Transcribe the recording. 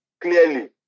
clearly